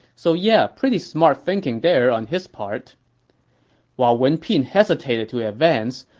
so, yeah, pretty smart thinking there on his part while wen pin hesitated to advance,